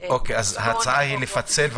אוקיי, אז ההצעה היא לפצל.